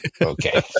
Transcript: Okay